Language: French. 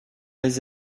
les